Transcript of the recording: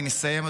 אני מסיים,